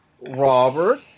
Robert